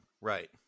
Right